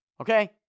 okay